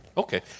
Okay